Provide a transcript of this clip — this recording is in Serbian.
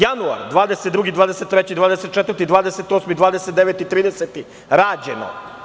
Januar 22, 23, 24, 28, 29, 30 – rađeno.